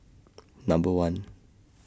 Number one